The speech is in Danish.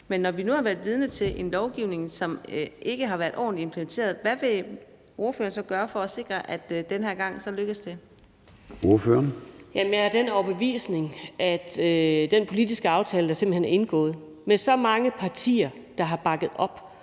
men når vi nu har været vidne til en lovgivning, som ikke har været ordentligt implementeret, hvad vil ordføreren så gøre for at sikre, at den her gang lykkes det? Kl. 22:27 Formanden (Søren Gade): Ordføreren. Kl. 22:27 Anni Matthiesen (V): Med den politiske aftale, der er indgået, og med så mange partier, der har bakket op